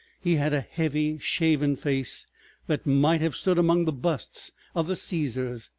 he had a heavy, shaven face that might have stood among the busts of the caesars,